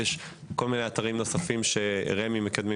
יש כל מיני אתרים וחלופות נוספות שרמ"י מקדמת